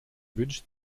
wünscht